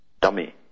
dummy